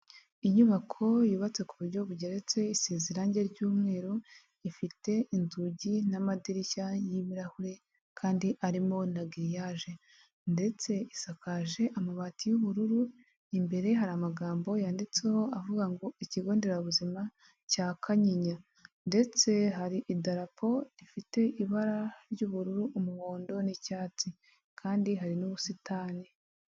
Inyubako yubatse ku buryo bugeretse iseze irange ry'umweru, ifite inzugi n'amadirishya y'ibirahure kandi arimo na giriyaje ndetse isakaje amabati y'ubururu, imbere hari amagambo yanditseho avuga ngo ikigo nderabuzima cya Kanyinya ndetse hari idarapo rifite ibara ry'ubururu, umuhondo n'icyatsi kandi hari n'ubusitani.